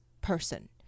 person